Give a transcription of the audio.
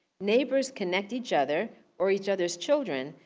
neighbors connect each other or each other's children,